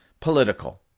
political